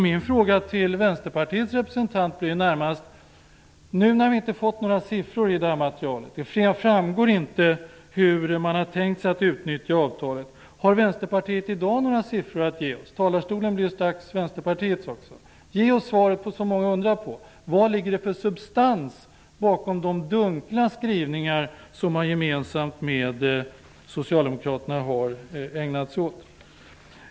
Min fråga till Vänsterpartiets representant blir närmast: Det framgår inte hur man har tänkt sig att utnyttja avtalet. Har Vänsterpartiet några siffror att ge oss i dag? Talarstolen blir ju snart Vänsterpartiets. Ge oss svaret på det som många undrar över! Vad ligger det för substans bakom de dunkla skrivningar som man har ägnat sig åt tillsammans med Socialdemokraterna? Herr talman!